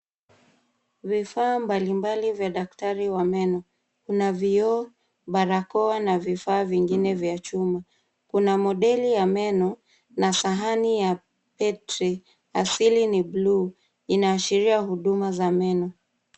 Vifaa mbalimbali vya daktari wa meno. Kuna vioo, barakoa na vifaa vingine vya chuma. Kuna modeli ya meno na sahani ya petri, asili ni bluu inaashiria huduma za meno.